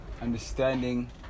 understanding